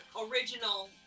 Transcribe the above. original